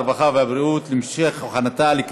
הרווחה והבריאות נתקבלה.